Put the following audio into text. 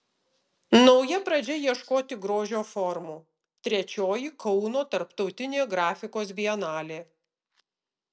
nauja pradžia ieškoti grožio formų trečioji kauno tarptautinė grafikos bienalė